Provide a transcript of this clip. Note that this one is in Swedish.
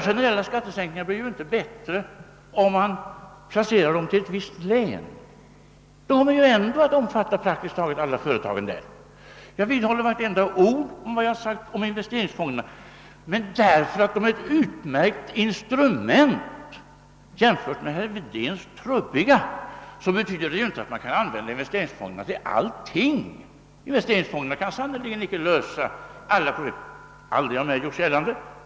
Generella skattesänkningar blir inte bättre om man inskränker dem till ett visst län. De kommer ändå att omfatta praktiskt taget alla företag inom detta län. Jag vidhåller därför vartenda ord jag sagt om investeringsfonderna. Men enbart därför att de är ett utmärkt instrument jämfört med herr Wedéns trubbiga instrument betyder det inte att man kan använda investeringsfonderna till allting. De kan sannerligen inte lösa alla problem. Det har aldrig gjorts gällande av mig.